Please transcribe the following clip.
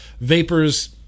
vapors